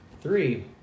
three